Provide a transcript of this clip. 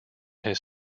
his